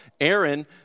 Aaron